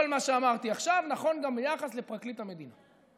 כל מה שאמרתי עכשיו נכון גם ביחס לפרקליט המדינה.